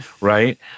right